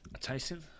Tyson